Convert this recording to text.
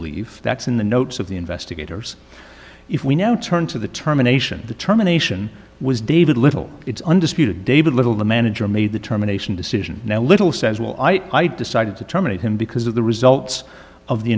leave that's in the notes of the investigators if we now turn to the terminations determination was david little it's undisputed david little the manager made the determination decision now little says well i i decided to terminate him because of the results of the